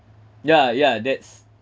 ya ya that's